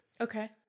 Okay